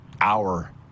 hour